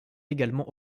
également